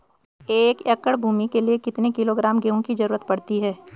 एक एकड़ भूमि के लिए कितने किलोग्राम गेहूँ की जरूरत पड़ती है?